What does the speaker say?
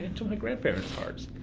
and to my grandparents' hearts.